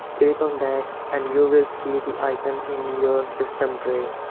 click on that and you will see the icon in your system tray.